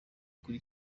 kuri